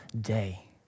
day